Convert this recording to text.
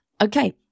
okay